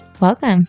welcome